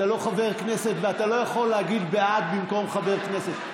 אתה לא חבר כנסת ואתה לא יכול להגיד "בעד" במקום חבר כנסת.